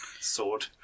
Sword